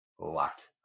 Locked